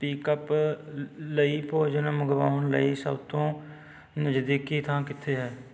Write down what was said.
pickup ਲਈ ਭੋਜਨ ਮੰਗਵਾਉਣ ਲਈ ਸਭ ਤੋਂ ਨਜ਼ਦੀਕੀ ਥਾਂ ਕਿੱਥੇ ਹੈ